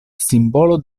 simbolo